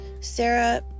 Sarah